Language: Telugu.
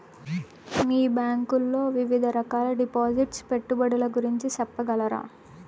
మీ బ్యాంకు లో వివిధ రకాల డిపాసిట్స్, పెట్టుబడుల గురించి సెప్పగలరా?